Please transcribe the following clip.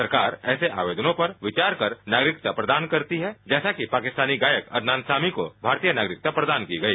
सरकार ऐसे आवेदनों पर विचार कर नागरिकता प्रदान करती है जैसा कि पाकिस्तानी गायक अदनान सामी को भारतीय नागरिकता प्रदान की गई